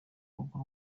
rugo